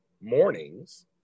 mornings